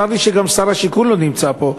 צר לי ששר השיכון לא נמצא פה.